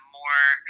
more